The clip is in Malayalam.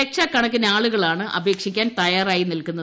ലക്ഷക്കണക്കിനാളുകളാണ് അപേക്ഷിക്കാൻ തയ്യാറായി നിൽക്കുന്നത്